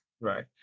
Right